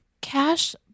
Cash